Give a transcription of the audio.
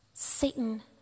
Satan